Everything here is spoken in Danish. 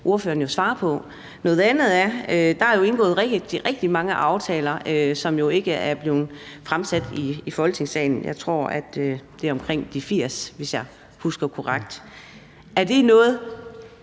jo svare på. Noget andet er, at der jo er indgået rigtig mange aftaler, som ikke er blevet fremsat i Folketingssalen. Jeg tror, det er omkring 80, hvis jeg husker korrekt. Er det noget,